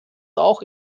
auch